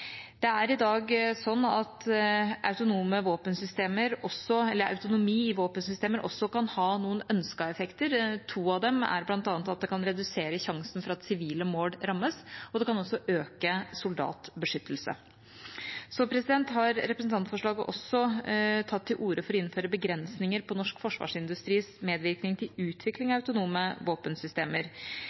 I dag kan autonomi i våpensystemer også ha noen ønskede effekter. To av dem er at det kan redusere sjansen for at sivile mål rammes, og at det kan øke soldatbeskyttelsen. Representantforslaget har også tatt til orde for å innføre begrensninger på norsk forsvarsindustris medvirkning til utvikling av autonome våpensystemer.